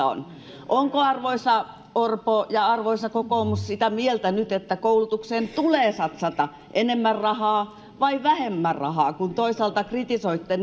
on onko arvoisa orpo ja arvoisa kokoomus sitä mieltä nyt että koulutukseen tulee satsata enemmän rahaa vai vähemmän rahaa kun toisaalta kritisoitte